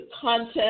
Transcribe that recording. content